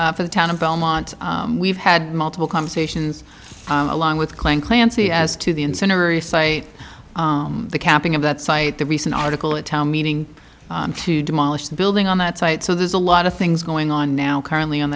engineer for the town of belmont we've had multiple conversations along with glen clancy as to the incinerator site the capping of that site the recent article a town meeting to demolish the building on that site so there's a lot of things going on now currently on